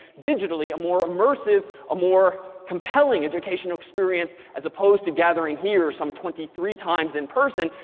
digitally, a more immersive, a more compelling educational experience, as opposed to gathering here some twenty three times in person,